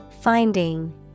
Finding